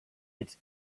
its